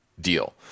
deal